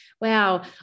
wow